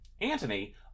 Antony